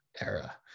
era